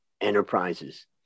enterprises